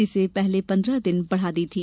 जिससे पहले पंद्रह दिन बढ़ा दी थी